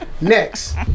Next